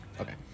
Okay